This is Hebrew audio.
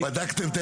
מה מטרת החוק,